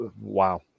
Wow